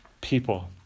people